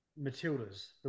Matilda's